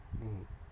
mm